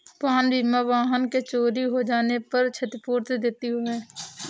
वाहन बीमा वाहन के चोरी हो जाने पर क्षतिपूर्ति देती है